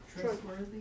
Trustworthy